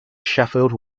sheffield